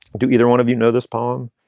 do either one of you know this poem?